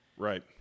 Right